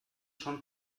schon